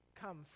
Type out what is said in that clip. come